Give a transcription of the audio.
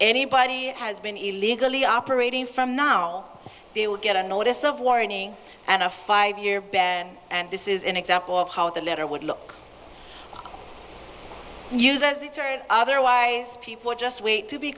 anybody has been illegally operating from now we'll get a notice of warning and a five year bear and this is an example of how the letter would look users that are otherwise people just wait to be